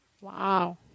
Wow